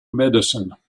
medicine